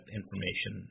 information